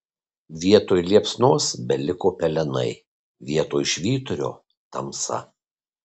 vietoj liepsnos beliko pelenai vietoj švyturio tamsa